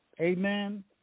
Amen